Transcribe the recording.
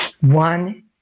one